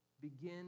begin